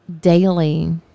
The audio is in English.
Daily